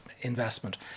investment